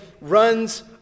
runs